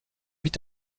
vite